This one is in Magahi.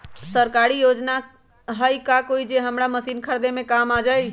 सरकारी योजना हई का कोइ जे से हमरा मशीन खरीदे में काम आई?